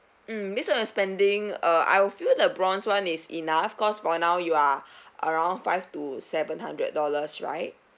mm based on your spending uh I'll feel the bronze [one] is enough cause for now you are around five to seven hundred dollars right